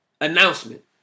announcement